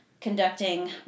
conducting